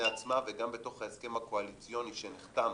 עצמה וגם בתוך ההסכם הקואליציוני שנחתם